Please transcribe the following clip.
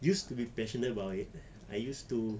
used to be passionate about it I used to